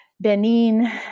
Benin